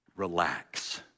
Relax